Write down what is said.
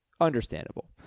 Understandable